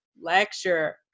lecture